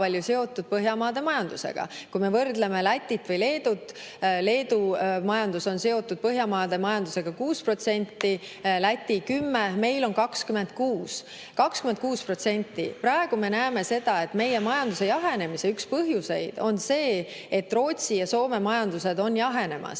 palju seotud Põhjamaade majandusega. Võrdleme Läti ja Leeduga – Leedu majandus on seotud Põhjamaade majandusega 6%, Läti 10%, meil 26%. Praegu me näeme seda, et meie majanduse jahenemise üks põhjuseid on see, et Rootsi ja Soome majandus on jahenemas,